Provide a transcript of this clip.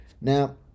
Now